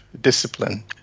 discipline